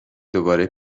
دوباره